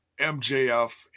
MJF